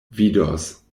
vidos